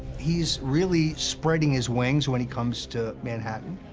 he's really spreading his wings when he comes to manhattan.